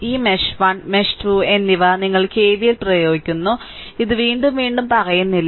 ഈ mesh 1 mesh 2 എന്നിവ ഞങ്ങൾ കെവിഎൽ പ്രയോഗിക്കുന്നുഇത് വീണ്ടും വീണ്ടും പറയുന്നില്ല